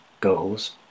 goals